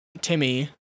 Timmy